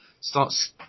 starts